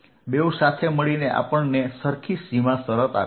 બેઉ સાથે મળીને આપણને સરખી સીમા શરત આપે છે